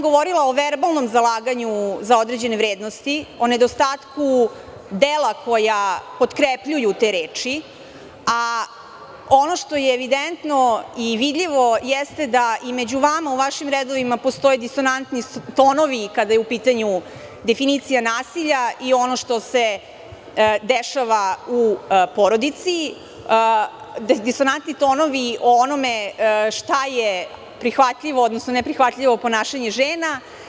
Govorila sam o verbalnom zalaganju za određene vrednosti, o nedostatku dela koja potkrepljuju te reči, a ono što je evidentno i vidljivo jeste da i među vama, u vašim redovima, postoje disonantni tonovi kada je u pitanju definicija nasilja i ono što se dešava u porodici, disonantni tonovi o onome šta je prihvatljivo, odnosno neprihvatljivo ponašanje žena.